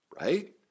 right